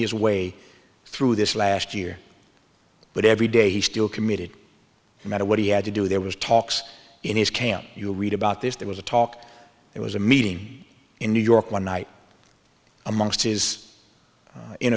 his way through this last year but every day he still committed a matter what he had to do there was talks in his camp you read about this there was a talk there was a meeting in new york one night amongst his